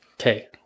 Okay